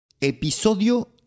Episodio